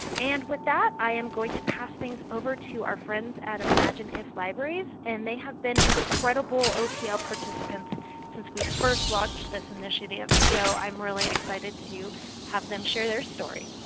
and with that, i am going to pass things over to our friends at imagineif libraries. and they have been incredible otl participants since we first launched this initiative. so i'm really excited to have them share their story.